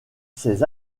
ses